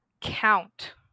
count